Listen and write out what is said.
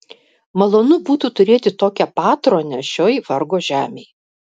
malonu būtų turėti tokią patronę šioj vargo žemėj